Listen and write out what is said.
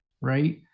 right